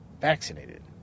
Vaccinated